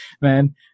man